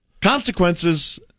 consequences